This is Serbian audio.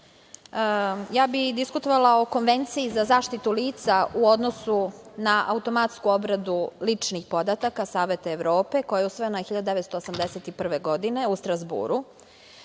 ja bih diskutovala o Konvenciji za zaštitu lica u odnosu na automatsku obradu ličnih podataka Saveta Evrope koja je usvojena 1981. godine u Strazburu,